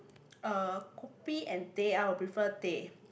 uh kopi and teh I would prefer teh